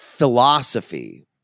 philosophy